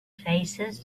places